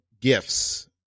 gifts